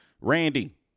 Randy